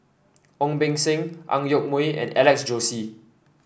Ong Beng Seng Ang Yoke Mooi and Alex Josey